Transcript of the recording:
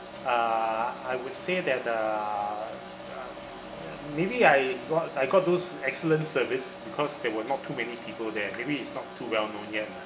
uh I would say that uh maybe I got I got those excellent service because they were not too many people there maybe it's not too well known yet lah